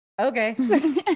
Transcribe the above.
okay